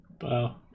Wow